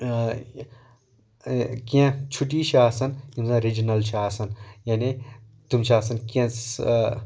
کینٛہہ چھُٹیہِ چھِ آسان یِم زَن رِجِنَل چھِ آسان یعنی تِم چھِ آسان کینٛہہ